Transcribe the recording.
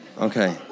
Okay